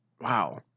Wow